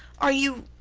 are you